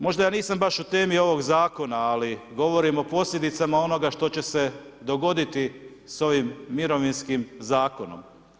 Možda ja nisam baš u temi ovog zakona, ali govorim o posljedicama onoga što će se dogoditi s ovim mirovinskim zakonom.